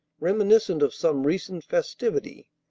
reminiscent of some recent festivity,